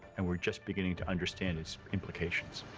and we're just beginning to understand its implications.